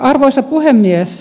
arvoisa puhemies